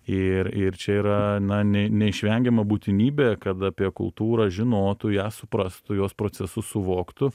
ir ir čia yra na ne neišvengiama būtinybė kad apie kultūrą žinotų ją suprastų jos procesus suvoktų